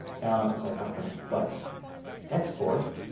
yeah i'm sorry not print, but export